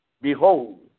Behold